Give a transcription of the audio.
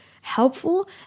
helpful